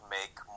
Make